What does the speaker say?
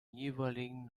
jeweiligen